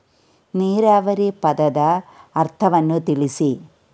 ನೀರಾವರಿ ಪದದ ಅರ್ಥವನ್ನು ತಿಳಿಸಿ?